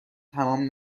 تمام